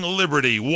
liberty